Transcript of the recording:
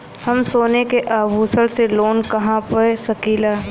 हम सोने के आभूषण से लोन कहा पा सकीला?